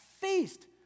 feast